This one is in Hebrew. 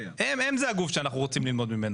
הם זה הגוף שאנחנו רוצים ללמוד ממנו.